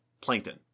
plankton